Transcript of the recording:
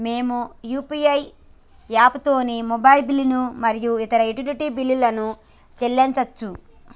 మేము యూ.పీ.ఐ యాప్లతోని మొబైల్ బిల్లులు మరియు ఇతర యుటిలిటీ బిల్లులను చెల్లించచ్చు